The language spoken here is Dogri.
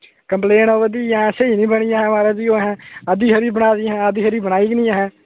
कंप्लेन आवा दी ऐ स्हेई निं बनी ओह् ऐहें अद्धी हारी बनाई दी अद्धी हारी बनाई गै निं अहें